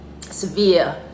severe